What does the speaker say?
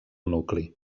nucli